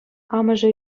амӑшӗ